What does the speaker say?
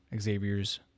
Xavier's